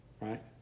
right